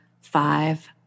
five